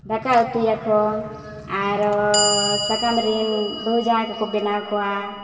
ᱫᱟᱠᱟ ᱩᱛᱩᱭᱟᱠᱚ ᱟᱨᱚ ᱥᱟᱠᱟᱢ ᱨᱮᱱ ᱵᱟᱹᱦᱩ ᱡᱟᱶᱟᱭ ᱠᱚᱠᱚ ᱵᱮᱱᱟᱣ ᱠᱚᱣᱟ